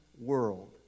world